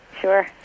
Sure